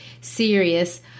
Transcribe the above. serious